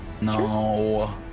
No